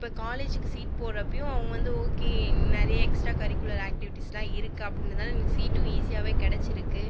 இப்போ காலேஜுக்கு சீட் போடறப்பையும் அவங்க வந்து ஓகே நிறைய எக்ஸ்ட்ரா கரிக்குலர் ஆக்டிவிட்டீஸ்லாம் இருக்குது அப்படின்றதுனால எனக்கு சீட்டும் ஈஸியாகவே கிடச்சிருக்கு